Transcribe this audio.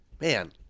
Man